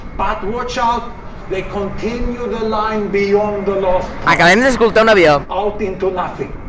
but watch out they continue the line beyond the last point out into nothing.